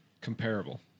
Comparable